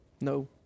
No